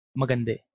maganda